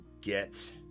get